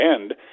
end